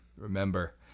remember